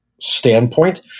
standpoint